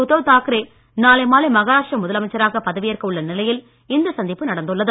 உத்தவ் தாக்ரே நாளை மாலை மகாராஷ்டிரா முதலமைச்சராக பதவியேற்க உள்ள நிலையில் இந்த சந்திப்பு நடந்துள்ளது